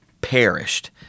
perished